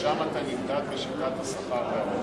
ששם אתה נמדד בשיטת השכר והעונש.